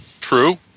True